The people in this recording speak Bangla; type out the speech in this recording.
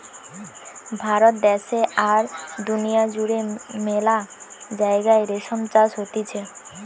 ভারত দ্যাশে আর দুনিয়া জুড়ে মেলা জাগায় রেশম চাষ হতিছে